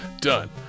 Done